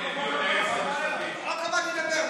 אנחנו בודקים את זה.